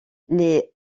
les